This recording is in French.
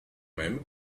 même